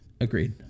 agreed